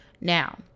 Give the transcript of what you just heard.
now